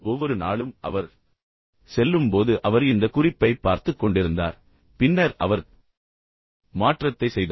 ஒவ்வொரு நாளும் அவர் செல்லும் போது அவர் இந்த குறிப்பைப் பார்த்துக் கொண்டிருந்தார் பின்னர் அவர் மாற்றத்தை செய்தார்